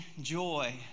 Joy